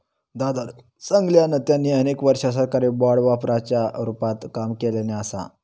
दादानं सांगल्यान, त्यांनी अनेक वर्षा सरकारी बाँड व्यापाराच्या रूपात काम केल्यानी असा